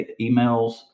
emails